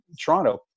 Toronto